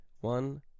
one